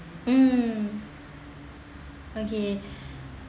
um okay